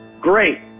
great